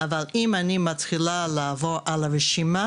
אבל אם אני מתחילה לעבור על הרשימה,